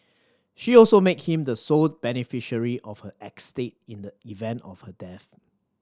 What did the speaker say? she also made him the sole beneficiary of her estate in the event of her death